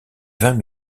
vingt